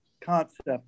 concept